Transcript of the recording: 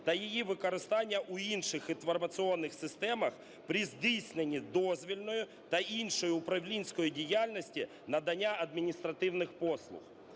та її використання у інших інформаційних системах при здійсненні дозвільної та іншої управлінської діяльності, надання адміністративних послуг.